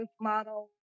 model